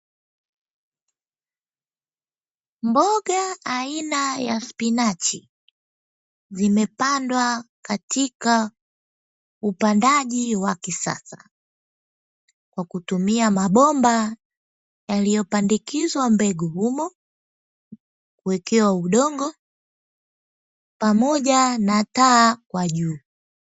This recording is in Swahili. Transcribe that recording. Mboga aina ya spinachi zimepandwa katika upandaji wa kisasa kwa kutumia mabomba yaliyopandikizwa mbegu humo na kuwekewa udongo pamoja na taa kwa juu.